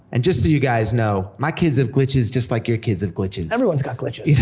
and just so you guys know, my kids have glitches just like your kids have glitches. everyone's got glitches. you know,